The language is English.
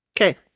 okay